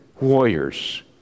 warriors